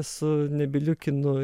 su nebyliu kinu